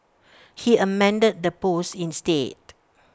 he amended the post instead